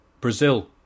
Brazil